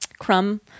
crumb